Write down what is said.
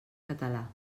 català